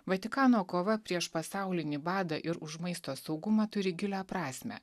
vatikano kova prieš pasaulinį badą ir už maisto saugumą turi gilią prasmę